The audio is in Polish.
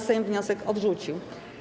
Sejm wniosek odrzucił.